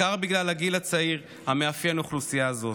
בעיקר בגלל הגיל הצעיר המאפיין אוכלוסייה זו.